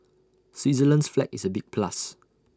Switzerland's flag is A big plus